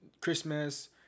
Christmas